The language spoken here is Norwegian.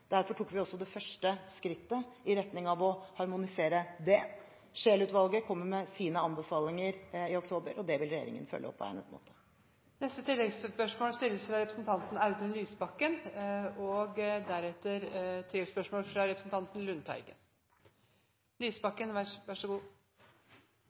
Derfor tok vi også det første skrittet i retning av å harmonisere det. Scheel-utvalget kommer med sine anbefalinger i oktober, og det vil regjeringen følge opp på egnet måte. Det blir oppfølgingsspørsmål – først Audun Lysbakken. Store skatteletter til de aller rikeste i Norge, bonusfest og